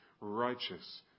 righteous